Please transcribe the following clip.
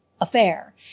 affair